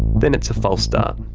then it's a false start.